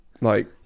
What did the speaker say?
like-